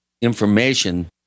information